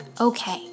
Okay